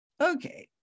okay